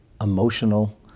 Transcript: emotional